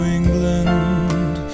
England